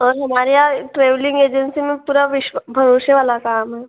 और हमारे यहाँ ट्रेवलिंग एजेंसी में पूरा भरोसे वाला काम है